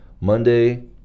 Monday